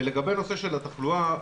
ולגבי הנושא של התחלואה.